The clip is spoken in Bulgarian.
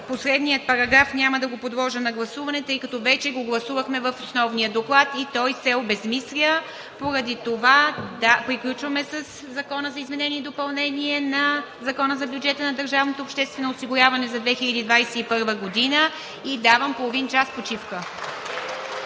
Последния параграф няма да го подложа на гласуване, тъй като вече го гласувахме в основния доклад и той се обезсмисля. Приключваме със Закона за изменение и допълнение на Закона за бюджета на държавното обществено осигуряване за 2021 г. (Ръкопляскания.) Давам половин час почивка.